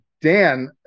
Dan